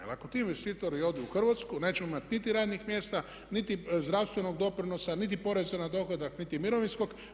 Jer ako ti investitori odu u Hrvatsku nećemo imati niti radnih mjesta niti zdravstvenog doprinosa niti poreza na dohodak, niti mirovinskog.